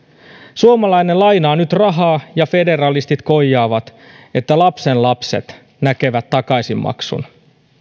suomalainen lainaa nyt rahaa ja federalistit koijaavat että lastenlapset näkevät takaisinmaksun